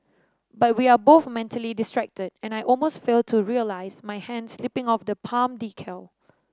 but we are both mentally distracted and I almost fail to realise my hand slipping off the palm decal